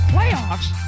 Playoffs